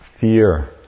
Fear